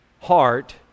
heart